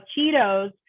Cheetos